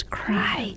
cry